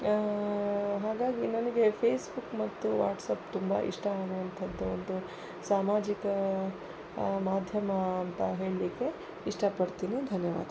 ಹಾಗಾಗಿ ನನಗೆ ಫೇಸ್ಬುಕ್ ಮತ್ತು ವಾಟ್ಸಾಪ್ ತುಂಬ ಇಷ್ಟ ಆಗುವಂಥದ್ದು ಒಂದು ಸಾಮಾಜಿಕ ಮಾಧ್ಯಮ ಅಂತ ಹೇಳಲಿಕ್ಕೆ ಇಷ್ಟಪಡ್ತೀನಿ ಧನ್ಯವಾದ